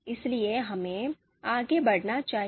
इसलिए हमें आगे बढ़ना चाहिए